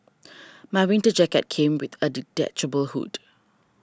my winter jacket came with a detachable hood